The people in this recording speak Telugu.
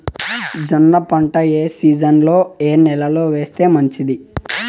జొన్న పంట ఏ సీజన్లో, ఏ నెల లో వేస్తే మంచిది?